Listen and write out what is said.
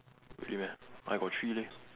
really meh I got three leh